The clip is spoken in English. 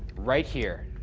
right here.